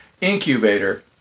incubator